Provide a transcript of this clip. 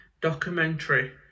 documentary